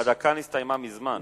חבר הכנסת חנין, הדקה נסתיימה מזמן.